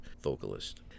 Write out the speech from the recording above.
vocalist